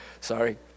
Sorry